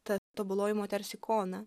ta tobuloji moters ikona